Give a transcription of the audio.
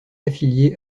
affiliée